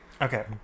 okay